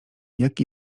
jak